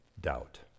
doubt